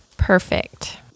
Perfect